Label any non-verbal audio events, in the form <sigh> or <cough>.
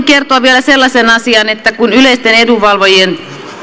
<unintelligible> kertoa vielä sellaisen asian että kun yleisten edunvalvojien